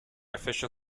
official